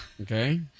Okay